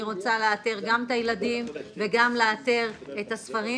אני רוצה לאתר גם את הילדים וגם לאתר את הספרים